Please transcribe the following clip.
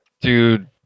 Dude